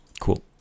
cool